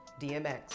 DMX